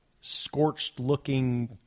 scorched-looking